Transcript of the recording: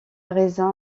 raisin